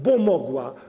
Bo mogła.